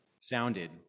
sounded